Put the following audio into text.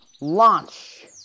Launch